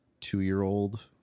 two-year-old